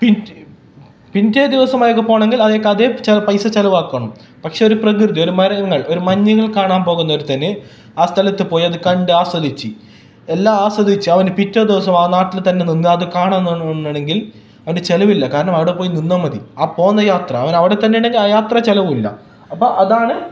പിറ്റേ പിറ്റേ ദിവസം അയാൾക്ക് പോകണമെങ്കിൽ അയാൾക്ക് അതെ ചെ പൈസ ചിലവാക്കണം പക്ഷേ ഒരു പ്രകൃതി ഒരു മരങ്ങൾ ഒരു മഞ്ഞുകൾ കാണാൻ പോകുന്നൊരുത്തന് ആ സ്ഥലത്ത് പോയി അത് കണ്ട് ആസ്വദിച്ച് എല്ലാം ആസ്വദിച്ച് അവന് പിറ്റേ ദിവസം ആ നാട്ടിൽ തന്നെ നിന്ന് അത് കാണണമെങ്കിൽ അവന് ചിലവില്ല കാരണം അവിടെ പോയി നിന്നാൽ മതി ആ പോകുന്ന യാത്ര അവൻ അവിടെ തന്നെ ഉണ്ടെങ്കിൽ ആ യാത്ര ചിലവുമില്ല അപ്പം അതാണ്